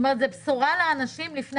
זו בשורה לאנשים לפני